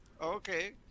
Okay